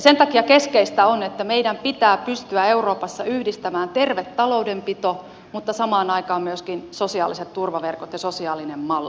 sen takia keskeistä on että meidän pitää pystyä euroopassa yhdistämään terve taloudenpito ja samaan aikaan myöskin sosiaaliset turvaverkot ja sosiaalinen malli